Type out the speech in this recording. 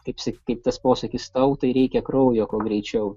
kaip sakyt kaip tas posakis tautai reikia kraujo kuo greičiau